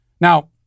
Now